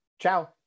Ciao